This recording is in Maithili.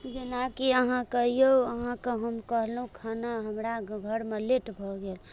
जेनाकि अहाँके यौ अहाँके हम कहलहुॅं खाना हमरा घरमे लेट भऽ गेल